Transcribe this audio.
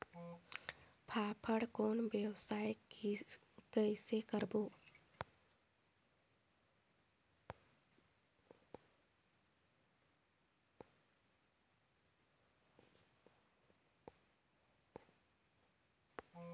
फाफण कौन व्यवसाय कइसे करबो?